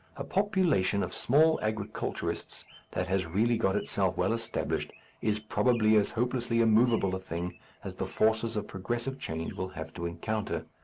a population of small agriculturists that has really got itself well established is probably as hopelessly immovable a thing as the forces of progressive change will have to encounter.